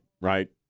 right